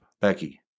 Becky